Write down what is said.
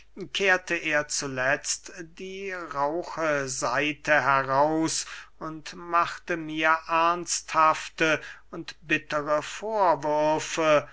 kehrte er zuletzt die rauche seite heraus und machte mir ernsthafte und bittere vorwürfe